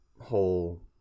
whole